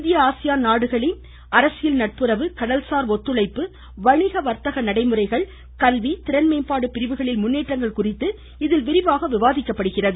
இந்திய ஆசியான் நாடுகளின் அரசியல் நட்புறவு கடல் சார் ஒத்துழைப்பு வணிக வர்த்தக நடைமுறைகள் கல்வி திறன்மேம்பாடு பிரிவுகளின் முன்னேற்றங்கள் குறித்து இதில் விரிவாக விவாதிக்கப்படுகிறது